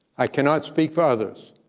i cannot speak for others,